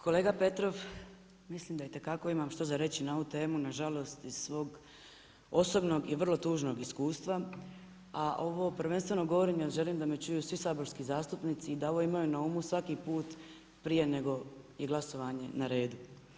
Kolega Petrov, mislim da itekako imam reći na ovu temu, nažalost iz svog osobnog i vrlo tužnog iskustva, a ovo prvenstveno govorim jer želim da me čuju svi saborski zastupnici i da ovo imaju na umu svaki put prije nego je glasovanje na redu.